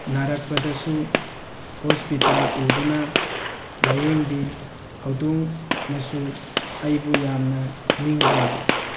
ꯅꯥꯔꯛꯄꯗꯁꯨ ꯍꯣꯁꯄꯤꯇꯥꯜꯗ ꯄꯨꯗꯨꯅ ꯂꯥꯏꯌꯦꯡꯕꯤ ꯍꯧꯗꯣꯡꯅꯁꯨ ꯑꯩꯕꯨ ꯌꯥꯝꯅ ꯅꯤꯡꯖꯩ